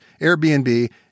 Airbnb